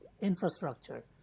infrastructure